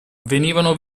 venivano